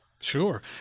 Sure